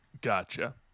Gotcha